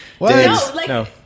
No